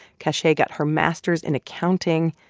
cache got her master's in accounting.